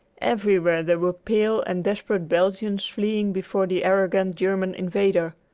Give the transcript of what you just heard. everywhere there were pale and desperate belgians fleeing before the arrogant german invader.